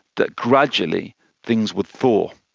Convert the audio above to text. that gradually things would thaw.